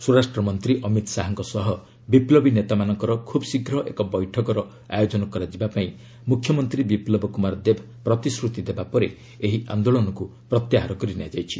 ସ୍ୱରାଷ୍ଟ୍ରମନ୍ତ୍ରୀ ଅମିତ ଶାହାଙ୍କ ସହ ବିପ୍ଳବୀ ନେତାମାନଙ୍କର ଖୁବ୍ଶୀଘ୍ର ଏକ ବୈଠକ ଆୟୋଜନ କରାଯିବା ପାଇଁ ମୁଖ୍ୟମନ୍ତ୍ରୀ ବିପ୍ଲବ କୁମାର ଦେବ ପ୍ରତିଶ୍ରତି ଦେବାପରେ ଏହି ଆନ୍ଦୋଳନକୁ ପ୍ରତ୍ୟାହାର କରିନିଆଯାଇଛି